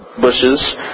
bushes